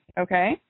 okay